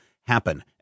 happen